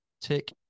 tick